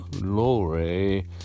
glory